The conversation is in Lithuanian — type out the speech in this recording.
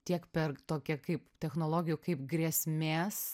tiek per tokią kaip technologijų kaip grėsmės